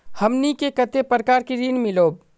हमनी के कते प्रकार के ऋण मीलोब?